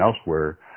elsewhere